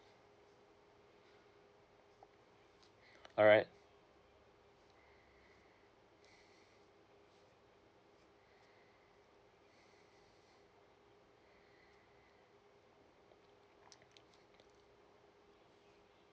alright